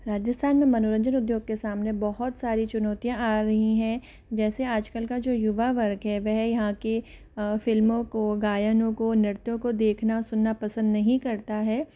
राजस्थान में मनोरंजन उद्योग के सामने बहुत सारी चुनौतियाँ आ रही हैं जैसे आजकल का जो युवा वर्ग है वह यहाँ के फिल्मों को गायनों को नृत्यों को देखना सुनना पसंद नही करता है